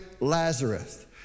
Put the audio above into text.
Lazarus